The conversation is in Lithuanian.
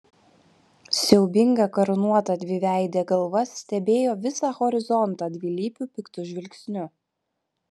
siaubinga karūnuota dviveidė galva stebėjo visą horizontą dvilypiu piktu žvilgsniu